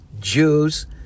Jews